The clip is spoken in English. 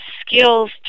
skills